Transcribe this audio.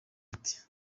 ati